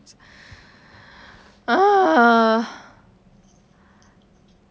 ugh